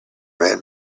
ran